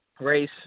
race